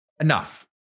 enough